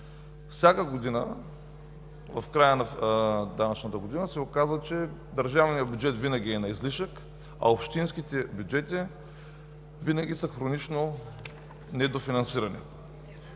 Всяка година, в края на данъчната година, се оказва, че държавният бюджет винаги е на излишък, а общинските бюджети винаги са хронично недофинансирани.